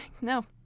No